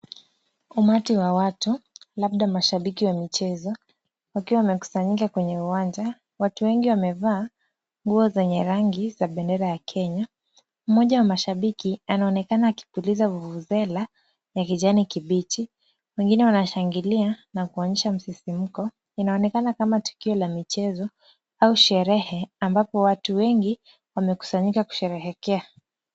Umati wa watu, labda mashabiki wa michezo, wakiwa wamekusanyika kwenye uwanja watu wengi wamevaa nguo zenye rangi za bendera ya Kenya, mmoja wa mashabiki anaonekana akipuliza vuvuzela ya kijani kibichi, mwingine wanashangilia na kuonyesha msisimko, inaonekana kama tukio la michezo au sherehe ambapo watu wengi wamekusanyika kusherehekea.